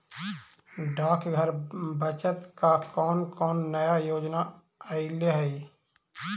डाकघर बचत का कौन कौन नया योजना अइले हई